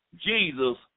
Jesus